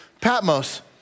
Patmos